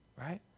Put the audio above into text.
right